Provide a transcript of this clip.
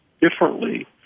differently